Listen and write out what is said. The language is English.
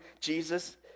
Jesus